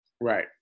right